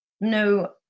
no